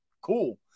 cool